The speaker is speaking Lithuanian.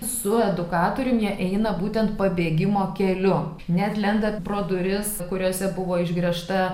su edukatoriumi jie eina būtent pabėgimo keliu net lenda pro duris kuriose buvo išgręžta